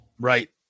Right